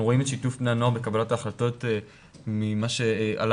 אנחנו רואים את שיתוף בני הנוער בקבלת ההחלטות ממה שעלה